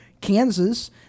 Kansas